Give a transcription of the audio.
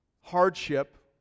hardship